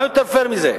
מה יותר פייר מזה?